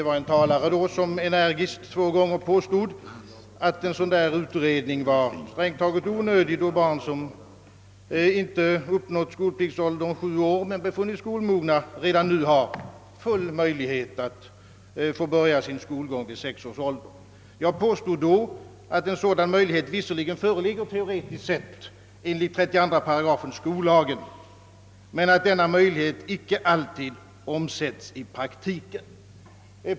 Vid det tillfället påstod en talare energiskt två gånger, att en sådan utredning strängt taget var onödig, eftersom barn som inte uppnått skolpliktsåldern, sju år, men befunnits skolmogna redan nu har möjligheter att börja skolgången vid sex års ålder. Jag påstod då, att en sådan möjlighet visserligen föreligger, teoretiskt sett, enligt 32 § skollagen men att den möjligheten inte alltid omsättes i praktiken.